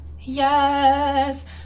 yes